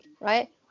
right